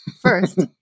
First